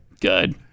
Good